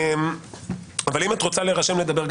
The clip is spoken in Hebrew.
אם את רוצה להירשם לדבר,